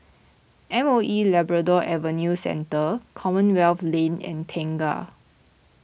M O E Labrador Adventure Centre Commonwealth Lane and Tengah